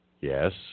Yes